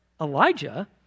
Elijah